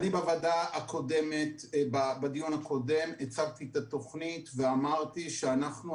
אני בדיון הקודם הצגתי את התוכנית ואמרתי שאנחנו,